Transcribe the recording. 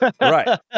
Right